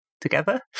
together